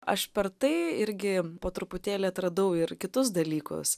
aš per tai irgi po truputėlį atradau ir kitus dalykus